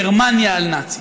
גרמניה הנאצית.